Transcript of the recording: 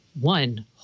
one